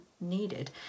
needed